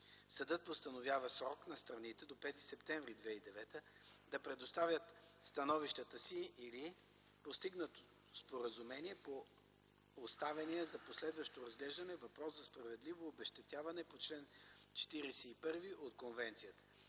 Съдът постановява срок на страните до 5 септември 2009 г. да предоставят становищата си или постигнато споразумение по поставения за последващо разглеждане въпрос за справедливо обезщетяване по чл. 41 от Конвенцията.